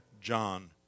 John